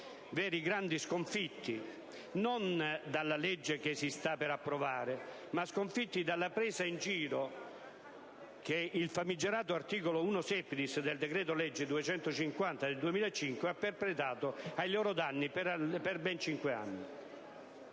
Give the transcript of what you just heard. veri grandi sconfitti, non dalla legge che si sta per approvare, ma dalla presa in giro che il famigerato articolo 1-*septies* del decreto-legge n. 250 del 2005 ha perpetrato ai loro danni per ben cinque anni.